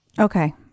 Okay